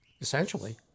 essentially